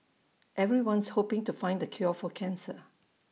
everyone's hoping to find the cure for cancer